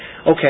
okay